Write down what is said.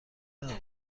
نبود